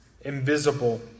invisible